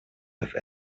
have